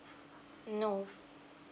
no